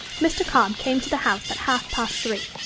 mr. cobb came to the house at half-past three.